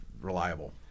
reliable